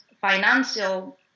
financial